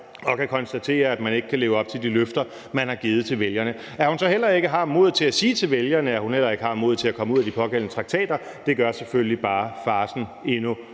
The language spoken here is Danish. og kan konstatere, at man ikke kan leve op til de løfter, man har givet til vælgerne. At hun så heller ikke har modet til at sige til vælgerne, at hun heller ikke har modet til at komme ud af de pågældende traktater, gør selvfølgelig bare farcen endnu